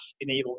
enabled